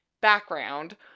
background